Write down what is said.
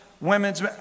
women's